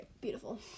beautiful